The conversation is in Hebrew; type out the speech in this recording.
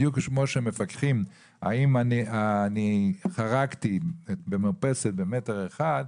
בדיוק כמו שמפקחים האם אי חרגתי במרפסת במטר אחד,